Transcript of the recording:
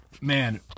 man